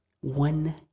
One